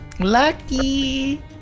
lucky